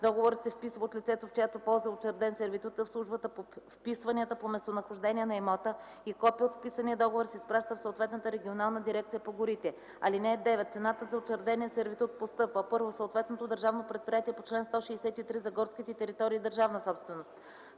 Договорът се вписва от лицето, в чиято полза е учреден сервитутът, в службата по вписванията по местонахождение на имота и копие от вписания договор се изпраща в съответната регионална дирекция по горите. (9) Цената за учредения сервитут постъпва: 1. в съответното държавно предприятие по чл. 163 – за горските територии – държавна собственост;